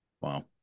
Wow